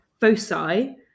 foci